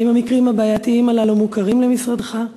האם המקרים הבעייתיים הללו מוכרים למשרדך?